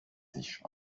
sich